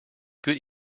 good